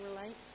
relate